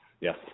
Yes